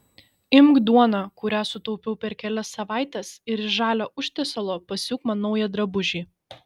imk duoną kurią sutaupiau per kelias savaites ir iš žalio užtiesalo pasiūk man naują drabužį